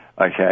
okay